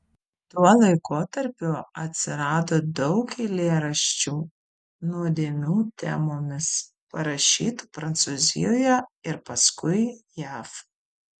tuo laikotarpiu atsirado daug eilėraščių nuodėmių temomis parašytų prancūzijoje ir paskui jav